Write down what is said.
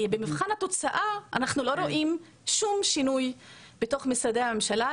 כי במבחן התוצאה אנחנו לא רואים שום שינוי בתוך משרדי הממשלה,